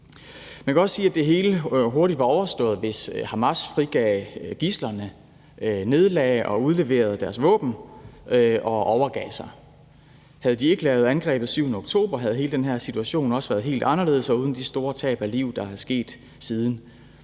Man kan også sige, at det hele hurtigt ville være overstået, hvis Hamas frigav gidslerne, nedlagde og udleverede deres våben og overgav sig. Havde de ikke foretaget angrebet den 7. oktober, havde hele den her situation også været helt anderledes og uden de store tab af liv, der er sket siden.